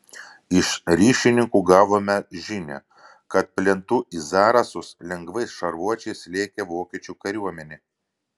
iš ryšininkų gavome žinią kad plentu į zarasus lengvais šarvuočiais lėkė vokiečių kariuomenė